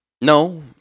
No